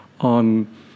on